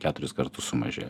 keturis kartus sumažėjo